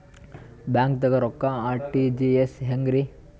ಬ್ಯಾಂಕ್ದಾಗ ರೊಕ್ಕ ಆರ್.ಟಿ.ಜಿ.ಎಸ್ ಹೆಂಗ್ರಿ?